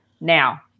now